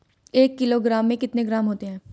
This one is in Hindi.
एक किलोग्राम में कितने ग्राम होते हैं?